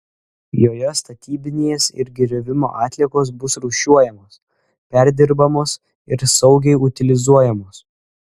joje statybinės ir griovimo atliekos bus rūšiuojamos perdirbamos ir saugiai utilizuojamos